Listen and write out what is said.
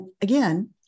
again